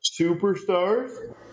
superstars